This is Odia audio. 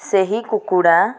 ସେହି କୁକୁଡ଼ା